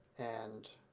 and